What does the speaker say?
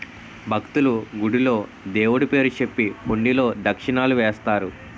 భక్తులు, గుడిలో దేవుడు పేరు చెప్పి హుండీలో దక్షిణలు వేస్తారు